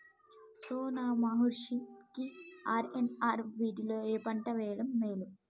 సోనా మాషురి కి ఆర్.ఎన్.ఆర్ వీటిలో ఏ పంట వెయ్యడం మేలు?